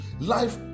Life